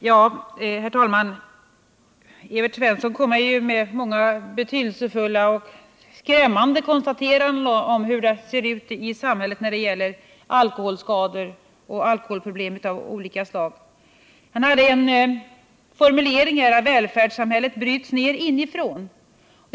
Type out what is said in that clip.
Herr talman! Evert Svensson gör ju många betydelsefulla och skrämmande konstateranden om hur det ser ut i samhället när det gäller alkoholskador och alkoholproblem av olika slag. En formulering som han hade var att välfärdssamhället bryts ned inifrån.